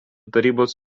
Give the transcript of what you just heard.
tarybos